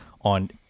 on